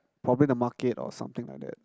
probably the market or something like that